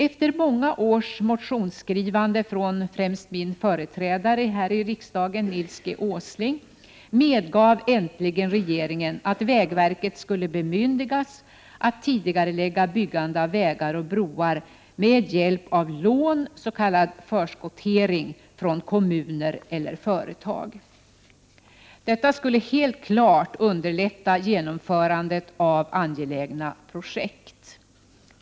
Efter många års motionsskrivande från främst min företrädare här i riksdagen, Nils G Åsling, medgav regeringen äntligen att vägverket skulle bemyndigas att tidigarelägga byggande av vägar och broar med hjälp av lån, s.k. förskottering, från kommuner eller företag. Detta skulle helt klart underlätta genomförandet av angelägna projekt.